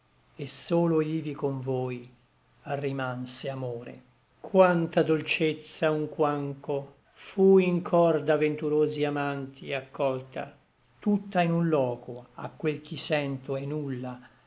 et solo ivi con voi rimanse amore quanta dolcezza unquancho fu in cor d'aventurosi amanti accolta tutta in un loco a quel ch'i sento è nulla